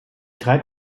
treibt